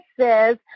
says